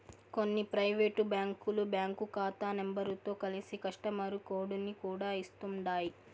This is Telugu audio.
కొన్ని పైవేటు బ్యాంకులు బ్యాంకు కాతా నెంబరుతో కలిసి కస్టమరు కోడుని కూడా ఇస్తుండాయ్